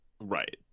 Right